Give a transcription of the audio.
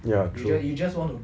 ya true